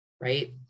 Right